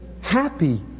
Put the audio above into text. happy